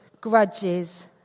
grudges